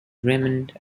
remand